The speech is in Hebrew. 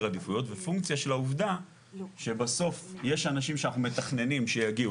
עדיפויות ופונקציה של העובדה שבסוף יש אנשים שאנחנו מתכננים שיגיעו